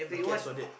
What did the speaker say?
do you want